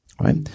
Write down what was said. right